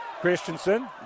Christensen